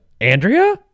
Andrea